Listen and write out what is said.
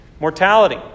Mortality